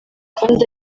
kandi